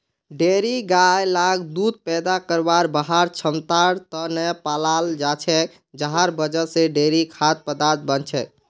dairy गाय लाक दूध पैदा करवार वहार क्षमतार त न पालाल जा छेक जहार वजह से डेयरी खाद्य पदार्थ बन छेक